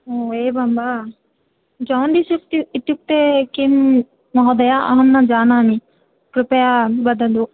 एवं वा जोण्डीस् इत् इत्युक्ते किं महोदय अहं न जानामि कृपया वदतु